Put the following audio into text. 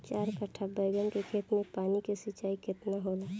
चार कट्ठा बैंगन के खेत में पानी के सिंचाई केतना होला?